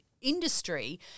industry